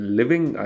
living